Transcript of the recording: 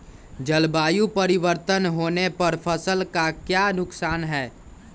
जलवायु परिवर्तन होने पर फसल का क्या नुकसान है?